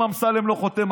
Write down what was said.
אם אמסלם לא חותם,